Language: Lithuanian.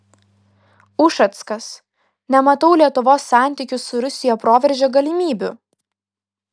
ušackas nematau lietuvos santykių su rusija proveržio galimybių